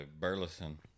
Burleson